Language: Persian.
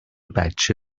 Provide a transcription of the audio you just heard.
بچه